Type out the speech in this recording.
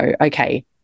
okay